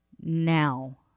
now